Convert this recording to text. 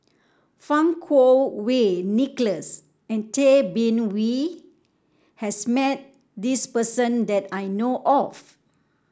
Fang Kuo Wei Nicholas and Tay Bin Wee has met this person that I know of